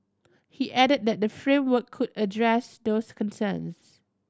he added that the framework could address those concerns